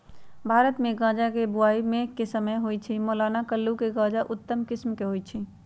भारतमे गजा के बोआइ मेघ के समय होइ छइ, मलाना कुल्लू के गजा उत्तम किसिम के होइ छइ